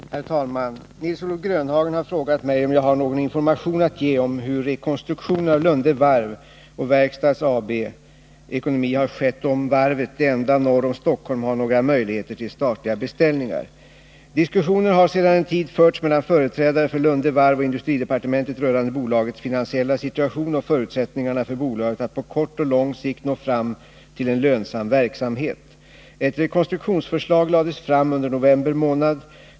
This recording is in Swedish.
Herr talman! Nils-Olof Grönhagen har frågat mig om jag har någon information att ge om hur rekonstruktionen av Lunde Varv och Verkstads AB:s ekonomi har skett och om varvet — det enda norr om Stockholm — har några möjligheter till statliga beställningar. Diskussioner har sedan en tid förts mellan företrädare för Lunde Varv och industridepartementet rörande bolagets finansiella situation och förutsättningarna för bolaget att på kort och lång sikt nå fram till en lönsam verksamhet. Ett rekonstruktionsförslag lades fram under november månad.